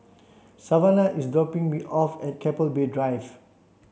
Savana is dropping me off at Keppel Bay Drive